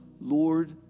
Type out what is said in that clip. Lord